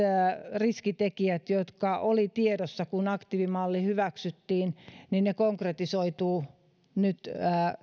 riskitekijät jotka olivat tiedossa kun aktiivimalli hyväksyttiin konkretisoituvat nyt